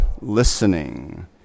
listening